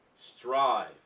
strive